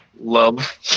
Love